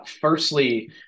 Firstly